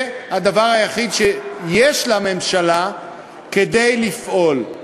זה הדבר היחיד שיש לממשלה כדי לפעול.